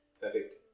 perfect